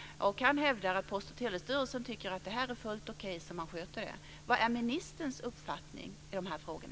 Han hävdar att Post och telestyrelsen tycker att sättet att sköta detta är fullt okej. Vad är ministerns uppfattning i de här frågorna?